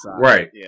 right